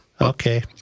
Okay